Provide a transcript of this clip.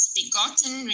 begotten